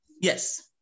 Yes